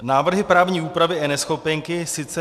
Návrhy právní úpravy eNeschopenky sice